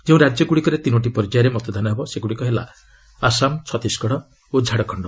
ଯେଉଁ ରାଜ୍ୟଗୁଡ଼ିକରେ ତିନୋଟି ପର୍ଯ୍ୟାୟରେ ମତଦାନ ହେବ ସେଗୁଡ଼ିକ ହେଲା ଆସାମ ଛତିଶଗଡ଼ ଓ ଝାଡ଼ଖଣ୍ଡ